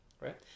Right